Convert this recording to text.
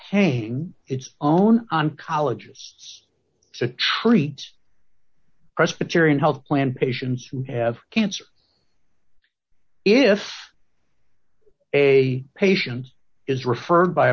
paying its own on colleges to treat presbyterian health plan patients who have cancer if a patients is referred by a